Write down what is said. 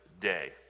day